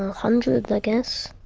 hundreds i guess.